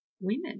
women